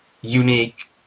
unique